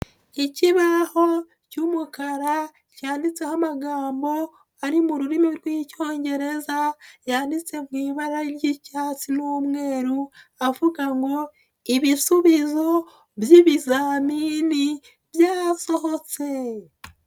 Ikibaho cy'umukara cyanditseho amagambo ari mu rurimi rw'Icyongereza yanditse mu ibara ry'icyatsi n'umweru, avuga ngo ibisubizo by'ibizamini byasohotse.